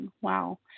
Wow